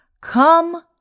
come